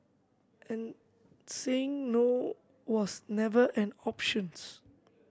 and saying no was never an options